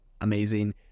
amazing